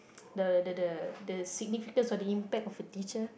the the the the significance of the impact of a teacher